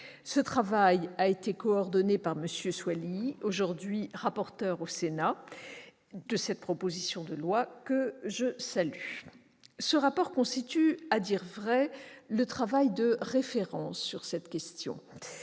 Ce travail a été coordonné par M. Thani Mohamed Soilihi, aujourd'hui rapporteur au Sénat de cette proposition de loi, que je salue. Ce rapport constitue, à dire vrai, le travail de référence sur cette question.